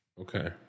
Okay